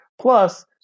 Plus